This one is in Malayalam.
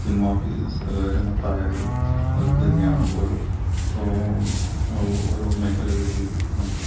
സിനിമാ ഫീൽസ് രംഗത്തായാലും അത് തന്നെയാണ് ഓരോ ഓരോ മേഖലകളിലും നമുക്ക്